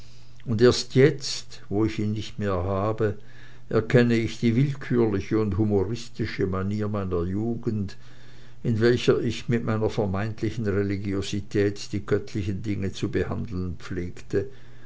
und erst jetzt wo ich ihn nicht mehr habe erkenne ich die willkürliche und humoristische manier meiner lugend in welcher ich mit meiner vermeintlichen religiosität die göttlichen dinge zu behandeln pflegte